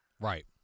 Right